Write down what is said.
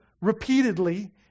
repeatedly